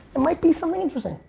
it might be something interesting.